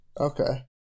Okay